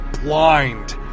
blind